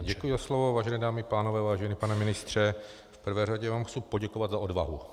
Děkuji za slovo, vážené dámy, pánové, vážený pane ministře, v prvé řadě vám chci poděkovat za odvahu.